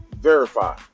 Verify